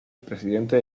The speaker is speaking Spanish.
presidente